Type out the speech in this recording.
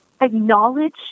acknowledge